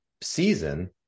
season